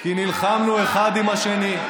כי נלחמו אחד עם השני.